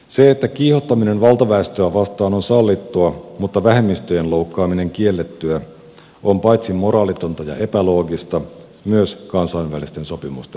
se että kiihottaminen valtaväestöä vastaan on sallittua mutta vähemmistöjen loukkaaminen kiellettyä on paitsi moraalitonta ja epäloogista myös kansainvälisten sopimusten vastaista